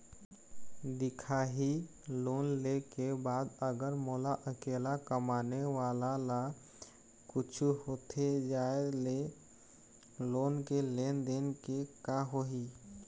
दिखाही लोन ले के बाद अगर मोला अकेला कमाने वाला ला कुछू होथे जाय ले लोन के लेनदेन के का होही?